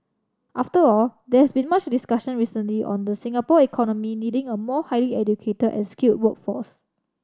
after all there has been much discussion recently on the Singapore economy needing a more highly educated and skilled workforce